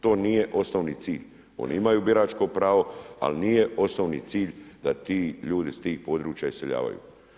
To nije osnovni cilj, oni imaju biračko pravo, ali nije osnovni cilj da ti ljudi s tih područja iseljavaju.